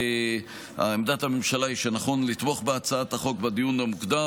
עמדת הממשלה היא שנכון לתמוך בהצעת החוק בדיון המוקדם.